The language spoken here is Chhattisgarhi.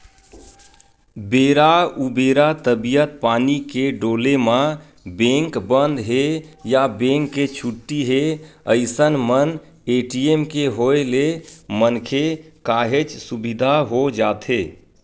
बेरा उबेरा तबीयत पानी के डोले म बेंक बंद हे या बेंक के छुट्टी हे अइसन मन ए.टी.एम के होय ले मनखे काहेच सुबिधा हो जाथे